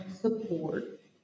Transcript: support